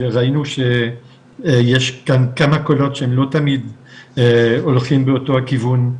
וראינו שיש כאן כמה קולות שהם לא תמיד הולכים באותו הכיוון,